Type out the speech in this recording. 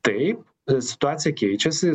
taip situacija keičiasi